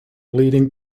leading